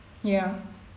ya